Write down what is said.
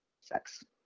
sex